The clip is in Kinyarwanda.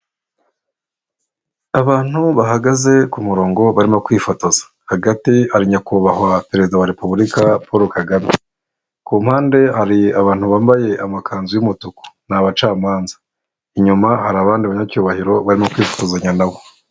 Abantu bahagaze ku murongo barimo kwifotoza, hagati hari nyakubahwa Perezida wa Repubulika Paul Kagame, ku mpande hari abantu bambaye amakanzu y'umutuku, ni bacamanza, inyuma hari abandi banyacyubahiro barimo kwifutozanya nawe.